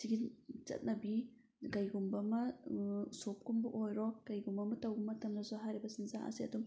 ꯁꯤꯒꯤ ꯆꯠꯅꯕꯤ ꯀꯔꯤꯒꯨꯝꯕ ꯑꯃ ꯎꯁꯣꯞ ꯀꯨꯝꯕ ꯑꯣꯏꯔꯣ ꯀꯔꯤꯒꯨꯝꯕ ꯑꯃ ꯇꯧꯕ ꯃꯇꯝꯗꯁꯨ ꯍꯥꯏꯔꯤꯕ ꯆꯤꯟꯖꯥꯛ ꯑꯁꯦ ꯑꯗꯨꯝ